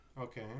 Okay